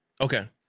Okay